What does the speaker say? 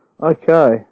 Okay